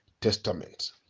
Testament